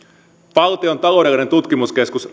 valtion taloudellinen tutkimuskeskus